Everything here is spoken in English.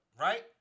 right